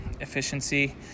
efficiency